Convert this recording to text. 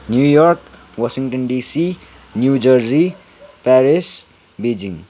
New York Washington DC New Jersey Paris बिजिङ